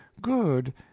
good